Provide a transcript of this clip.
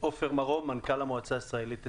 מנכ"ל המועצה הישראלית לצרכן.